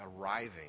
arriving